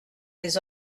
des